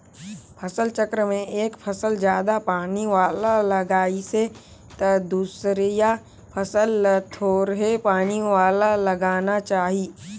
फसल चक्र में एक फसल जादा पानी वाला लगाइसे त दूसरइया फसल ल थोरहें पानी वाला लगाना चाही